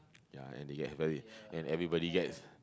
ya and they get very and everybody gets